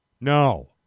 No